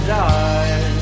die